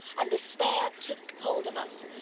and despair took hold of us,